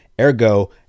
Ergo